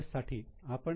साठी आपण पी